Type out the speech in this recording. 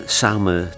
samen